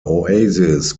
oasis